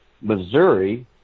Missouri